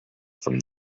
from